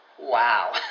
wow